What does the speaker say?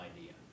idea